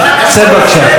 צא, בבקשה.